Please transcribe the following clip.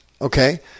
okay